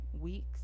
weeks